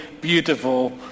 beautiful